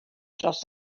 dros